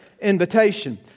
invitation